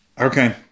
Okay